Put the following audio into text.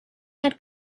had